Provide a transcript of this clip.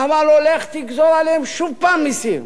אמר לו, לך תגזור עליהם שוב הפעם מסים.